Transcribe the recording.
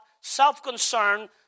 self-concern